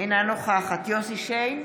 אינה נוכחת יוסף שיין,